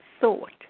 thought